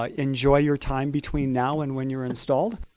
ah enjoy your time between now and when you're installed,